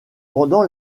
pendant